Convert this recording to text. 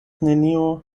nenio